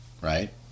right